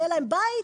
היה להם בית,